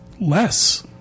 less